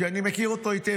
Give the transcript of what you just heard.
שאני מכיר אותו היטב.